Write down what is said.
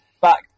back